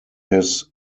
his